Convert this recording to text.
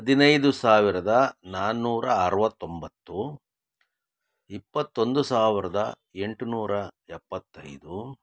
ಹದಿನೈದು ಸಾವಿರದ ನಾನೂರ ಅರವತ್ತೊಂಬತ್ತು ಇಪ್ಪತ್ತೊಂದು ಸಾವಿರದ ಎಂಟುನೂರ ಎಪ್ಪತ್ತೈದು